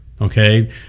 okay